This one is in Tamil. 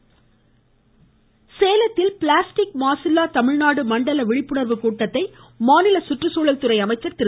கருப்பணன் சேலத்தில் பிளாஸ்டிக் மாசில்லா தமிழ்நாடு மண்டல விழிப்புணா்வு கூட்டத்தை மாநில சுற்றுச்சூழல் துறை அமைச்சர் திரு